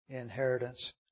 inheritance